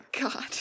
God